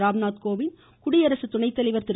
ராம்நாத் கோவிந்த் குடியரசு துணைத்தலைவர் திரு